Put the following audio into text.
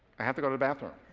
i have to go to the bathroom.